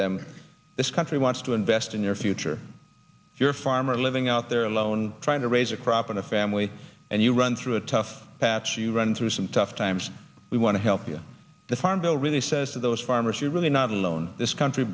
them this country wants to invest in your future your farmer living out there alone trying to raise a crop in a family and you run through a tough patch you run through some tough times we want to help you the farm bill really says to those farmers you're really not alone this country